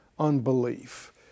unbelief